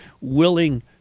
willing